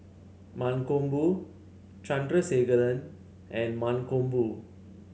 Mankombu Chandrasekaran and Mankombu